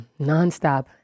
nonstop